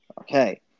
Okay